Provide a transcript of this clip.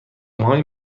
های